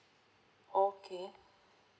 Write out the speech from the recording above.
okay